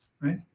right